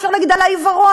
אפשר להגיד "על העיוורון".